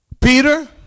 Peter